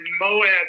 Moab